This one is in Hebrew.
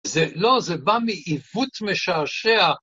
זה לא, זה בא מעיוות משעשע.